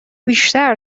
بیشتر